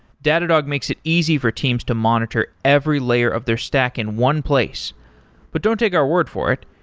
datadog makes it easy for teams to monitor every layer of their stack in one place but don't take our word for it.